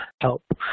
help